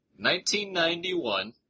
1991